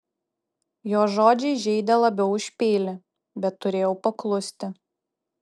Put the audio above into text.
jo žodžiai žeidė labiau už peilį bet turėjau paklusti